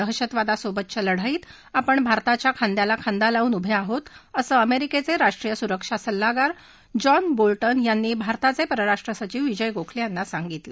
दहशतवादासोबतच्या लढाईत आपण भारताच्या खांदाला खांदा लावून उभे आहोत असं अमेरिकेचे राष्ट्रीय सुरक्षा सल्लागार जॉन बोल्टन यांनी भारताचे परराष्ट्रसचीव विजय गोखले यांना सांगितलं